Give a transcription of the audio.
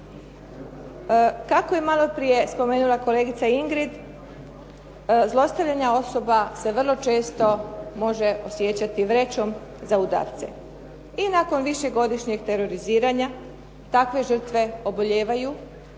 Kako je maloprije spomenula kolegica Ingrid, zlostavljana osoba se vrlo često može osjećati vrećom za udarce. I nakon višegodišnjeg teroriziranja takve žrtve obolijevaju